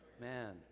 man